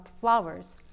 flowers